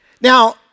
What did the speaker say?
Now